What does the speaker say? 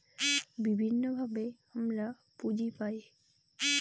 বিভিন্নভাবে আমরা পুঁজি পায়